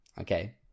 Okay